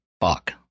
fuck